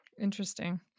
Interesting